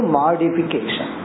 modification